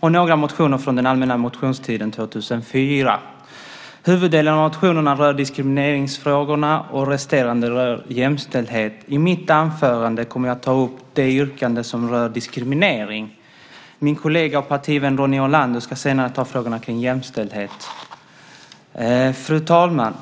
och några motioner från den allmänna motionstiden 2004. Huvuddelen av motionerna rör diskrimineringsfrågorna, och resterande rör jämställdhet. I mitt anförande kommer jag att ta upp de yrkanden som rör diskriminering. Min kollega och partivän Ronny Olander ska senare ta upp frågorna kring jämställdhet. Fru talman!